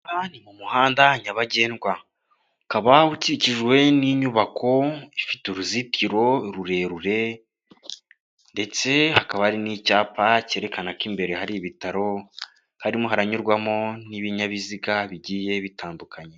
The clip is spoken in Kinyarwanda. Aha ni mu muhanda nyabagendwa ukaba ukikijwe n'inyubako ifite uruzitiro rurerure ndetse hakaba hari n'icyapa cyerekana ko imbere hari ibitaro harimo haranyurwamo n'ibinyabiziga bigiye bitandukanye.